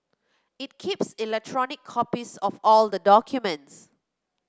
it keeps electronic copies of all the documents